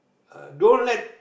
uh don't let